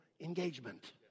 engagement